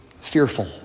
fearful